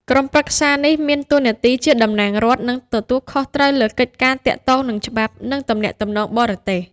ក្រុមប្រឹក្សានេះមានតួនាទីជាតំណាងរដ្ឋ និងទទួលខុសត្រូវលើកិច្ចការទាក់ទងនឹងច្បាប់ និងទំនាក់ទំនងបរទេស។